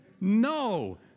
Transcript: No